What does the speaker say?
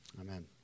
Amen